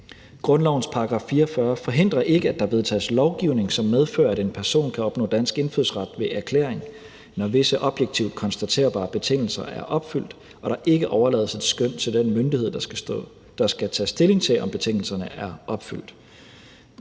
Grundlovens § 44 forhindrer ikke, at der vedtages lovgivning, som medfører, at en person kan opnå dansk indfødsret ved erklæring, når visse objektivt konstaterbare betingelser er opfyldt og der ikke overlades et skøn til den myndighed, der skal tage stilling til, om betingelserne er opfyldt.